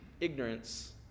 Ignorance